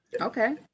Okay